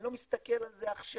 אני לא מסתכל על זה עכשיו,